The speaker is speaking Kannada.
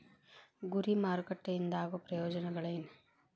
ಗುರಿ ಮಾರಕಟ್ಟೆ ಇಂದ ಆಗೋ ಪ್ರಯೋಜನಗಳೇನ